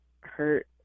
hurt